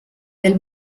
del